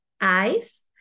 eyes